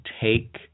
take